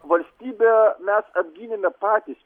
valstybę mes apgynėme patys